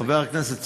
חבר הכנסת סוייד,